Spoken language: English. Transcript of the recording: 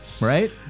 right